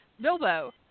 bilbo